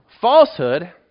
Falsehood